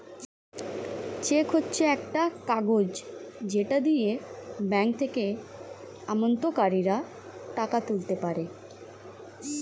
check হচ্ছে একটা কাগজ যেটা দিয়ে ব্যাংক থেকে আমানতকারীরা টাকা তুলতে পারে